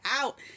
out